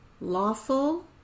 lawful